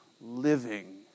living